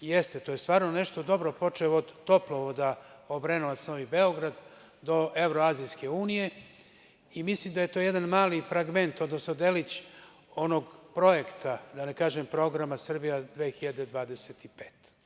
Jeste, to je stvarno nešto dobro, počev od toplovoda Obrenovac – Novi Beograd, do Evroazijkse unije i mislim da je to jedan mali fragment, odnosno delić onog projekta, da ne kažem programa „Srbija 2025“